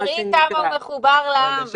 תראי כמה הוא מחובר לעם בכל מה שמוצג כאן.